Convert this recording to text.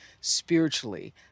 spiritually